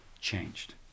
changed